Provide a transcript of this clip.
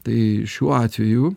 tai šiuo atveju